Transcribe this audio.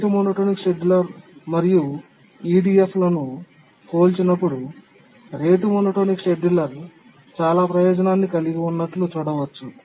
rate monotonic scheduler మరియు EDF లను పోల్చినప్పుడు రేటు మోనోటోనిక్ షెడ్యూలర్ చాలా ప్రయోజనాన్ని కలిగి ఉన్నట్లు చూడవచ్చు